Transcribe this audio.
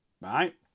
right